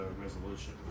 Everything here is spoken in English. resolution